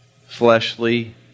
fleshly